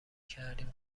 کردیم